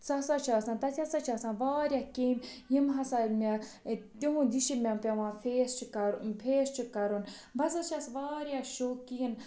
سُہ ہَسا چھُ آسان تَتہِ ہَسا چھُ آسان واریاہ کیٚمۍ یِم ہَسا مےٚ تِہُنٛد یہِ چھُ مےٚ پٮ۪وان فیس چھُ کَرُن فیس چھُ کَرُن بہٕ ہَسا چھَس واریاہ شوقیٖن